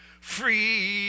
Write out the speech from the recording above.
free